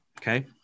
Okay